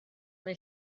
mae